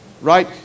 right